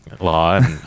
law